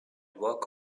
work